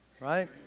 right